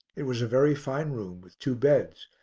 it was a very fine room with two beds,